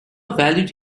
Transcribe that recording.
valued